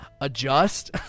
adjust